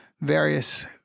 various